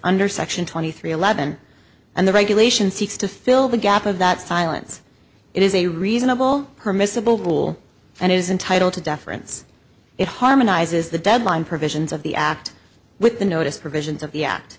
under section twenty three eleven and the regulation seeks to fill the gap of that silence it is a reasonable her miscible rule and it is entitle to deference it harmonizes the deadline provisions of the act with the notice provisions of